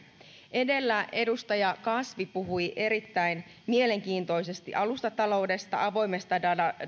edellä edustaja kasvi puhui erittäin mielenkiintoisesti alustataloudesta avoimesta